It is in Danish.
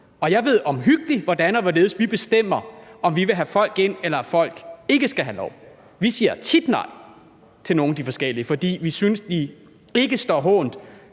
og jeg ved, hvordan og hvorledes vi omhyggeligt bestemmer, om vi vil have folk ind, eller om folk ikke skal have lov. Vi siger tit nej til nogle, fordi vi synes, de lader hånt